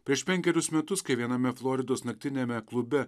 prieš penkerius metus kai viename floridos naktiniame klube